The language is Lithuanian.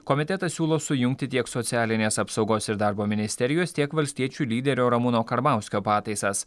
komitetas siūlo sujungti tiek socialinės apsaugos ir darbo ministerijos tiek valstiečių lyderio ramūno karbauskio pataisas